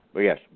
Yes